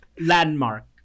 Landmark